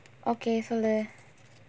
okay so leh